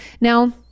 Now